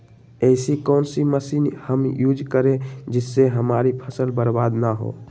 ऐसी कौन सी मशीन हम यूज करें जिससे हमारी फसल बर्बाद ना हो?